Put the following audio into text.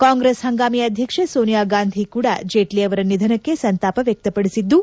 ಕಾಂಗ್ರೆಸ್ ಹಂಗಾಮಿ ಅಧ್ಯಕ್ಷ ಸೋನಿಯಾ ಗಾಂಧಿ ಕೂಡ ಜೇಟ್ಲ ಅವರ ನಿಧನಕ್ಕೆ ಸಂತಾಪ ವ್ಯಕ್ಷಪಡಿಸಿದ್ದು